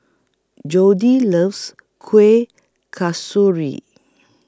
Jody loves Kuih Kasturi